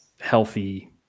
healthy